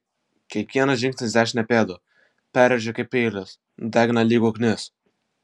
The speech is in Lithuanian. kiekvienas žingsnis dešinę pėdą perrėžia kaip peilis nudegina lyg ugnis